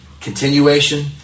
continuation